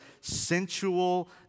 sensual